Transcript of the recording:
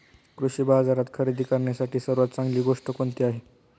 कृषी बाजारात खरेदी करण्यासाठी सर्वात चांगली गोष्ट कोणती आहे?